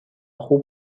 خوب